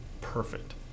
perfect